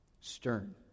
Stern